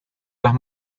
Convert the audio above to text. las